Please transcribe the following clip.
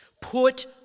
Put